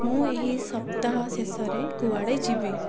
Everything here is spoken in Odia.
ମୁଁ ଏହି ସପ୍ତାହ ଶେଷରେ କୁଆଡ଼େ ଯିବି